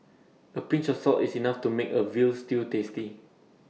A pinch of salt is enough to make A Veal Stew tasty